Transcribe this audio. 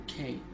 okay